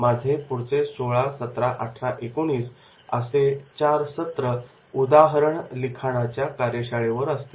माझे पुढचे 16 17 18 19 असे चार सत्र केस लिखाणाच्या कार्यशाळेवर असतील